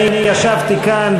אני ישבתי כאן,